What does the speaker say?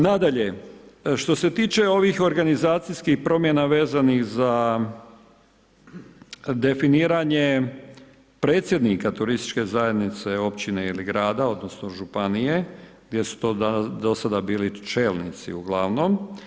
Nadalje, što se tiče ovih organizacijskih promjena vezanih za definiranje predsjednika turističke zajednice, općine ili grada, odnosno županije gdje su to do sada bili čelnici uglavnom.